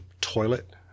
toilet